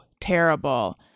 terrible